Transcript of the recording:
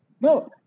No